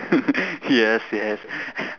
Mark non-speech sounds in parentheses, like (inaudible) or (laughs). (laughs) yes yes